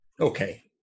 Okay